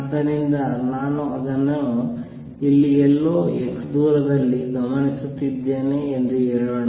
ಆದ್ದರಿಂದ ನಾನು ಅದನ್ನು ಇಲ್ಲಿ ಎಲ್ಲೋ x ದೂರದಲ್ಲಿ ಗಮನಿಸುತ್ತಿದ್ದೇನೆ ಎಂದು ಹೇಳೋಣ